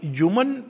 human